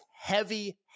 heavy